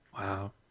Wow